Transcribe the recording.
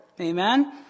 Amen